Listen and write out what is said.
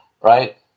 right